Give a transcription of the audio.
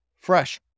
Fresh